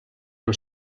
amb